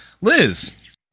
Liz